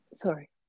sorry